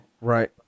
Right